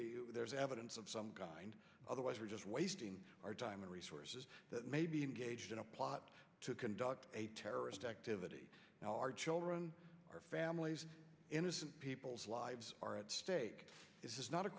be there's evidence of some kind otherwise we're just wasting our time and resources that may be engaged in a plot to conduct a terrorist activity now our children our families innocent people's lives are at stake this is not a